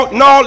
no